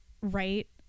right